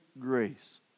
grace